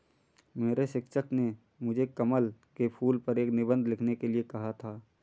मेरे शिक्षक ने मुझे कमल के फूल पर एक निबंध लिखने के लिए कहा था